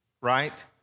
right